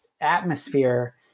atmosphere